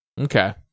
okay